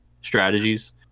strategies